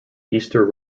easter